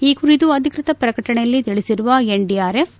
ಈ ಕುರಿತು ಅಧಿಕೃತ ಪ್ರಕಟಣೆಯಲ್ಲಿ ತಿಳಿಸಿರುವ ಎನ್ಡಿಆರ್ಎಫ್